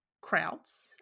crowds